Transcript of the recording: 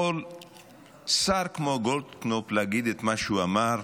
יכול שר כמו גולדקנופ להגיד את מה שהוא אמר,